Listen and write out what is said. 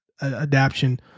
adaption